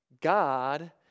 God